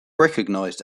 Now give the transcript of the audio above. recognized